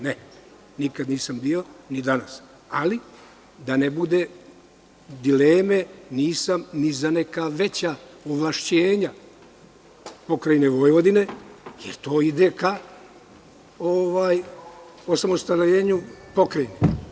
Ne, nikad nisam bio, ni danas, ali da ne bude dileme, nisam ni za neka veća ovlašćenja pokrajine Vojvodine, jer to ide ka osamostaljenju pokrajine.